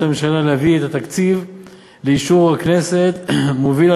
הממשלה להביא את התקציב לאישור הכנסת מוביל,